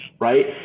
right